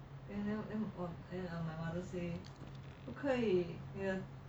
ya then my mother say okay yeah